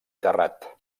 terrat